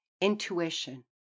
intuition